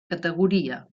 categoria